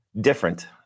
different